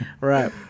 right